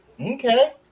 Okay